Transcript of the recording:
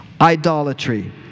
idolatry